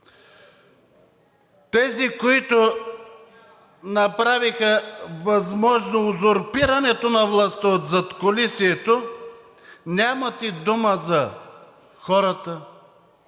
тези, които направиха възможно узурпирането на властта от задкулисието, нямат и дума за хората,